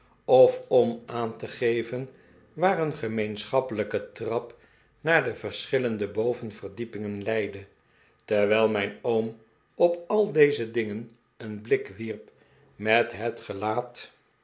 of om aan te geven waar een gemeenschappelijke trap naar de verschillende hovenverdiepingen leidde terwijl mijn oom op al deze dingen een blik wierp met het gelaat